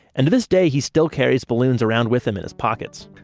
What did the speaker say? and to this day he still carries balloons around with them in his pockets.